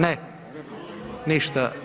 Ne, ništa.